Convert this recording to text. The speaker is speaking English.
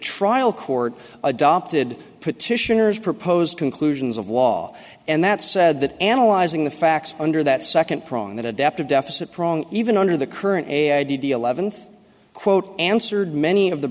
trial court adopted petitioners proposed conclusions of law and that said that analyzing the facts under that second prong that adaptive deficit prong even under the current a i did the eleventh quote answered many of the